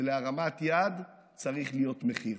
ולהרמת יד צריך להיות מחיר.